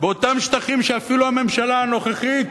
באותם שטחים שאפילו הממשלה הנוכחית